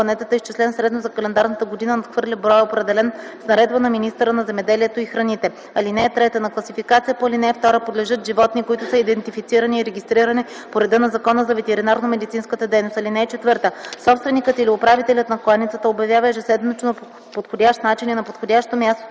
кланетата, изчислен средно за календарната година, надхвърля броя, определен с наредба на министъра на земеделието и храните. (3) На класификация по ал. 2 подлежат животни, които са идентифицирани и регистрирани по реда на Закона за ветеринарномедицинската дейност. (4) Собственикът или управителят на кланицата обявява ежеседмично по подходящ начин и на подходящо място